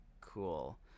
cool